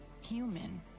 human